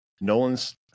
Nolan's